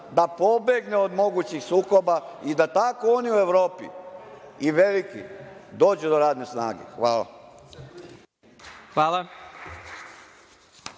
da pobegne od mogućih sukoba i da tako oni u Evropi i veliki dođu do radne snage. Hvala.